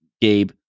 gabe